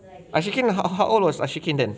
asyikin how how old was asyikin then